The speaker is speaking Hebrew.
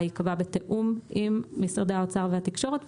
ייקבע בתיאום משרדי האוצר והתקשורת.